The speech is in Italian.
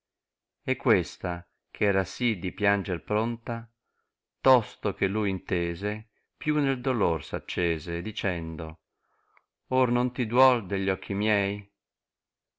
e questa ch era si di pianger pronta tosto che lui intese più nei dolor s accese dicendo or non ti duol degli occhi mieif